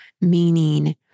Meaning